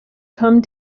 come